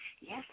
Yes